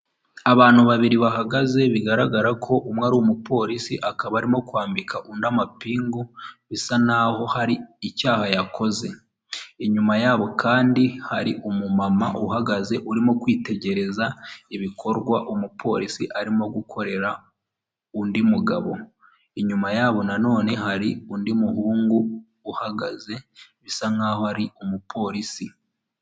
Abantu babiri bahagaze bigaragara ko umwe ari umupolisi akaba arimo kwambika undi mapingu bisa naho hari icyaha yakoze, inyuma yabo kandi hari umumama uhagaze urimo kwitegereza ibikorwa umupolisi arimo gukorera undi mugabo, inyuma yabo na none hari undi muhungu uhagaze bisa nkaho ari umupolisi.